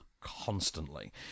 constantly